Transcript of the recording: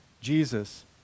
Jesus